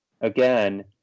again